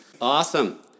Awesome